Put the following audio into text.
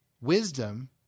wisdom